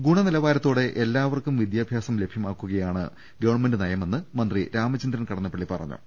ഗുണനിലവാരത്തോടെ എല്ലാവർക്കും വിദ്യാഭ്യാസം ലഭ്യ മാക്കു കയാണ് ഗവൺമെന്റ് നയ മെന്ന് മന്ത്രി രാമചന്ദ്രൻ കടന്നപ്പള്ളി പറഞ്ഞു